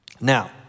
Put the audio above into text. Now